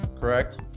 correct